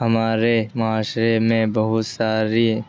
ہمارے معاشرے میں بہت ساری